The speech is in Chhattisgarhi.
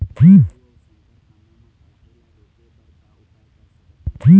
आलू अऊ शक्कर कांदा मा कढ़ाई ला रोके बर का उपाय कर सकथन?